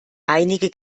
einige